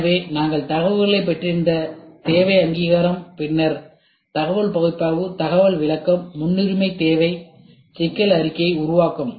எனவே நாங்கள் தகவல்களைப் பெற்றிருந்த தேவை அங்கீகாரம் பின்னர் தகவல் பகுப்பாய்வு தகவல் விளக்கம் முன்னுரிமை தேவை மற்றும் சிக்கல் அறிக்கை உருவாக்கம்